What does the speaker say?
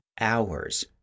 hours